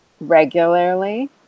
regularly